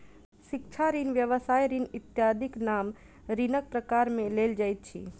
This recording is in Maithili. शिक्षा ऋण, व्यवसाय ऋण इत्यादिक नाम ऋणक प्रकार मे लेल जाइत अछि